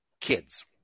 Kids